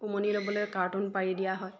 উমনি ল'বলৈ কাৰ্টুন পাৰি দিয়া হয়